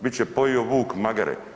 Bit će pojeo vuk magare.